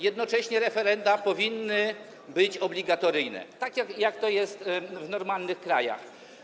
Jednocześnie referenda powinny być obligatoryjne, tak jak to jest w normalnych krajach.